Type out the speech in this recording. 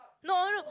no no